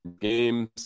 Games